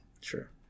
Sure